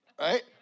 right